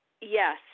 Yes